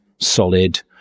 solid